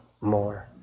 more